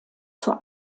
zur